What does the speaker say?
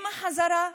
עם החזרה,